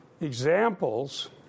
examples